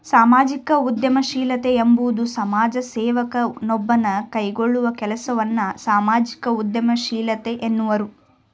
ಸಾಮಾಜಿಕ ಉದ್ಯಮಶೀಲತೆ ಎಂಬುವುದು ಸಮಾಜ ಸೇವಕ ನೊಬ್ಬನು ಕೈಗೊಳ್ಳುವ ಕೆಲಸವನ್ನ ಸಾಮಾಜಿಕ ಉದ್ಯಮಶೀಲತೆ ಎನ್ನುವರು